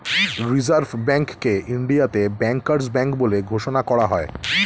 reserve ব্যাঙ্ককে ইন্ডিয়াতে bankers bank বলে ঘোষণা করা হয়